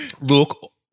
Look